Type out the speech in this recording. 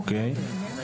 אוקיי.